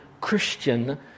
Christian